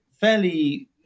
fairly